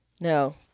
no